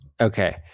Okay